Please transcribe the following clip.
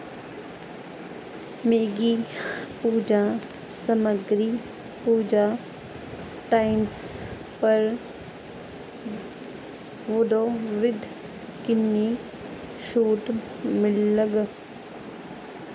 मिगी पूजा समग्गरी पूजा टाइम्स पर बद्धोबद्ध किन्नी छूट मिलग